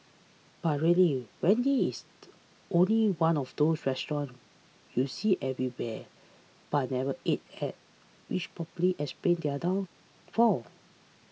but really Wendy's is only one of those restaurants you see everywhere but never ate at which probably explains their downfall